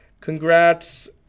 Congrats